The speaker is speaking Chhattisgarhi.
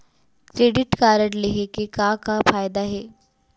क्रेडिट कारड लेहे के का का फायदा हे?